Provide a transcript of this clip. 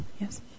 Yes